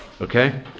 Okay